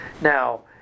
Now